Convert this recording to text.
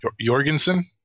Jorgensen